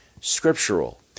scriptural